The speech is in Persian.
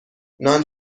نان